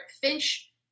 Finch